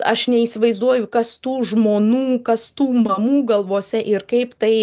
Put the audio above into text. aš neįsivaizduoju kas tų žmonų kas tų mamų galvose ir kaip tai